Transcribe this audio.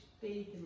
faith